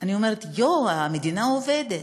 ואני אומרת: המדינה עובדת.